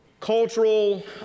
cultural